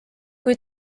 kui